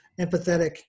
empathetic